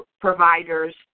providers